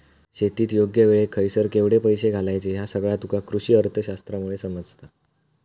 शेतीत योग्य वेळेक खयसर केवढे पैशे घालायचे ह्या सगळा तुका कृषीअर्थशास्त्रामुळे समजता